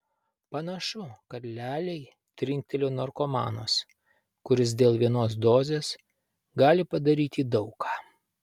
panašu kad lialiai trinktelėjo narkomanas kuris dėl vienos dozės gali padaryti daug ką